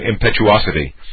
impetuosity